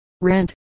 rent